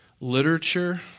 literature